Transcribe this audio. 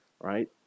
right